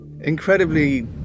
Incredibly